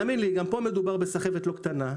ותאמין לי גם פה מדובר בסחבת לא קטנה,